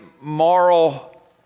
moral